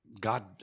God